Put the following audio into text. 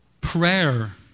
Prayer